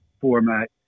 format